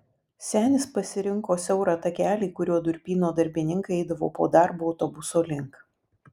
senis pasirinko siaurą takelį kuriuo durpyno darbininkai eidavo po darbo autobuso link